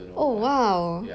oh !wow!